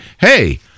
hey